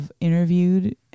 interviewed